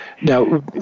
Now